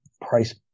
price